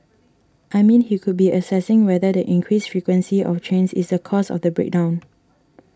I mean he could be assessing whether the increased frequency of trains is the cause of the break down